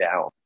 down